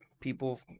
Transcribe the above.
people